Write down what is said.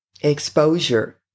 exposure